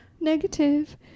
Negative